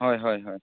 ᱦᱳᱭ ᱦᱳᱭ ᱦᱳᱭ